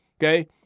okay